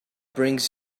brings